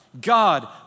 God